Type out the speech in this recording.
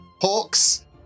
Hawks